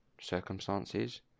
circumstances